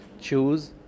choose